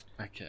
Okay